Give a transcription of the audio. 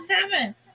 seven